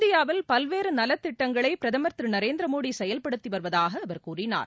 இந்தியாவில் பல்வேறு நலத்திட்டங்களை பிரதமர் திரு நரேந்திர மோடி செயல்படுத்தி வருவதாக அவர் கூறினார்